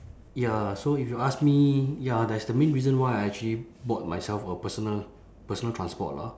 ya so if you ask me ya that's the main reason why I actually bought myself a personal personal transport lah